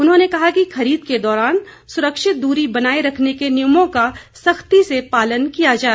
उन्होंने कहा कि खरीद के दौरान सुरक्षित दूरी बनाए रखने के नियमों का सख्ती से पालन किया जाए